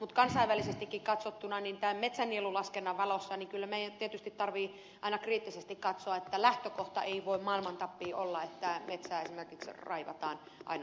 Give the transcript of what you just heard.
mutta kansainvälisestikin katsottuna tämän metsänielulaskennan valossa meidän tietysti tarvitsee kyllä aina kriittisesti katsoa että lähtökohta ei voi maailmantappiin olla se että esimerkiksi metsää raivataan aina uusiin tarkoituksiin